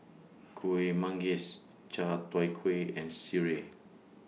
Kuih Manggis Chai Tow Kway and Sireh